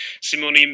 Simone